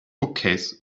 bookcase